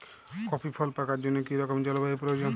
Coffee ফল পাকার জন্য কী রকম জলবায়ু প্রয়োজন?